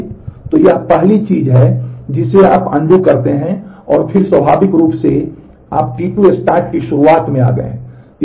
तो यह पहली चीज है जिसे आप अनडू करते हैं और फिर स्वाभाविक रूप से आप T2 start की शुरुआत में आ गए हैं